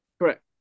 correct